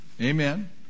Amen